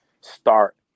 start